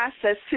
process